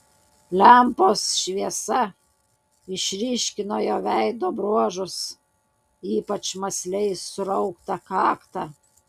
lempos šviesa išryškino jo veido bruožus ypač mąsliai surauktą kaktą